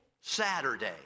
Saturday